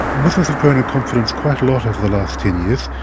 muslims have grown in confidence quite a lot over the last ten years.